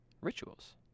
rituals